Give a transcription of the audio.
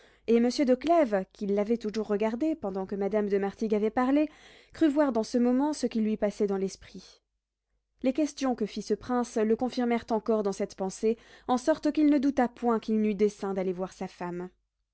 et monsieur de clèves qui l'avait toujours regardé pendant que madame de martigues avait parlé crut voir dans ce moment ce qui lui passait dans l'esprit les questions que fit ce prince le confirmèrent encore dans cette pensée en sorte qu'il ne douta point qu'il n'eût dessein d'aller voir sa femme